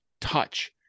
touch